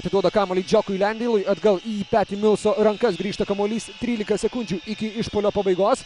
atiduoda kamuolį džiokui lendeilui atgal į petį milso rankas grįžta kamuolys trylika sekundžių iki išpuolio pabaigos